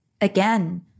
again